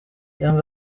young